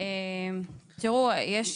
עשיתי